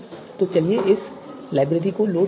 तो चलिए इस लाइब्रेरी को लोड करते हैं